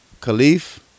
Khalif